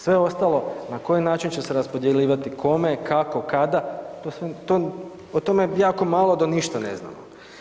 Sve ostalo na koji način će se raspodjeljivati, kome, kako, kada o tome jako malo do ništa ne znamo.